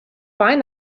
find